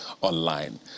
online